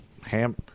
Ham